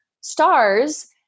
stars